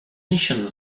mission